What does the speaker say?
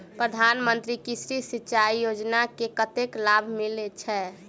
प्रधान मंत्री कृषि सिंचाई योजना मे कतेक लाभ मिलय छै?